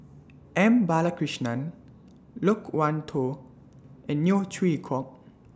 M Balakrishnan Loke Wan Tho and Neo Chwee Kok